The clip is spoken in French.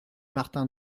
martin